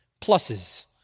Pluses